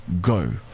go